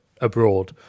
abroad